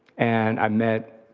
and i met,